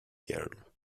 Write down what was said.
girl